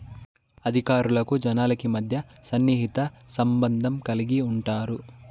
అధికారులకు జనాలకి మధ్య సన్నిహిత సంబంధం కలిగి ఉంటారు